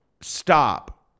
Stop